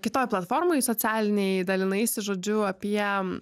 kitoj platformoj socialinėj dalinaisi žodžiu apie